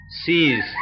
sees